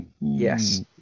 yes